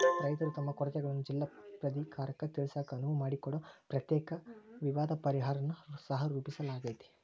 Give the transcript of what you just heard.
ರೈತರು ತಮ್ಮ ಕೊರತೆಗಳನ್ನ ಜಿಲ್ಲಾ ಪ್ರಾಧಿಕಾರಕ್ಕ ತಿಳಿಸಾಕ ಅನುವು ಮಾಡಿಕೊಡೊ ಪ್ರತ್ಯೇಕ ವಿವಾದ ಪರಿಹಾರನ್ನ ಸಹರೂಪಿಸಲಾಗ್ಯಾತಿ